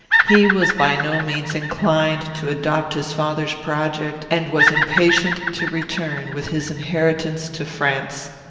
he was by no means inclined to adopt his father's project, and was impatient to return with his inheritance to france.